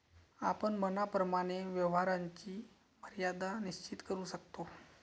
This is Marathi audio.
आपण मनाप्रमाणे व्यवहाराची मर्यादा निश्चित करू शकतो